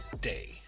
day